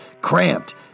cramped